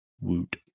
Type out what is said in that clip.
Woot